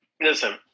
listen